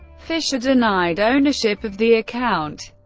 fischer denied ownership of the account.